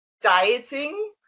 dieting